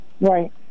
Right